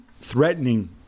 threatening